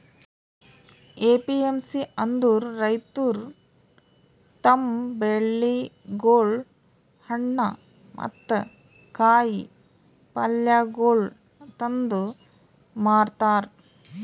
APMC ಅಂದುರ್ ರೈತುರ್ ತಮ್ ಬೆಳಿಗೊಳ್, ಹಣ್ಣ ಮತ್ತ ಕಾಯಿ ಪಲ್ಯಗೊಳ್ ತಂದು ಮಾರತಾರ್